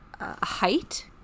height